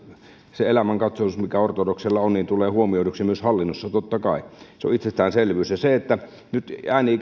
se elämänkatsomus mikä ortodokseilla on tulee huomioiduksi myös hallinnossa totta kai se on itsestäänselvyys se että nyt